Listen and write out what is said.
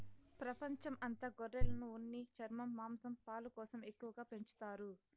ప్రపంచం అంత గొర్రెలను ఉన్ని, చర్మం, మాంసం, పాలు కోసం ఎక్కువగా పెంచుతారు